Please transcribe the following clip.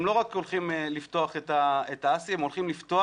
הם לא רק הולכים לפתוח את האסי אלא הם הולכים לפתוח